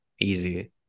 easy